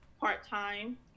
part-time